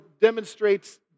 demonstrates